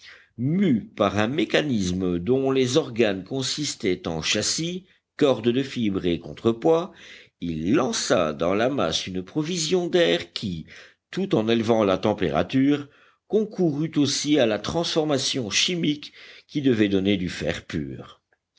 mû par un mécanisme dont les organes consistaient en châssis cordes de fibres et contre-poids il lança dans la masse une provision d'air qui tout en élevant la température concourut aussi à la transformation chimique qui devait donner du fer pur